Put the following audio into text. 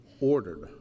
ordered